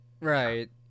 Right